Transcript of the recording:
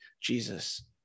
Jesus